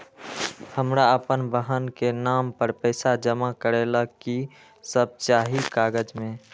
हमरा अपन बहन के नाम पर पैसा जमा करे ला कि सब चाहि कागज मे?